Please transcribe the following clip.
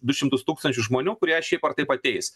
du šimtus tūkstančių žmonių kurie šiaip ar taip ateis